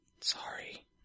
Sorry